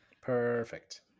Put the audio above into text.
perfect